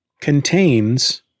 contains